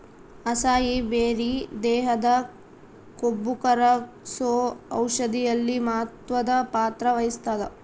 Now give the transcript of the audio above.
acai berry ದೇಹದ ಕೊಬ್ಬುಕರಗ್ಸೋ ಔಷಧಿಯಲ್ಲಿ ಮಹತ್ವದ ಪಾತ್ರ ವಹಿಸ್ತಾದ